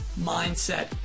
Mindset